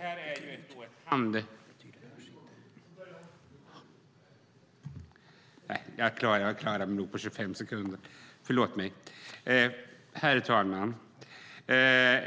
Herr talman!